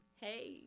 Hey